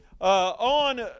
on